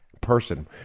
person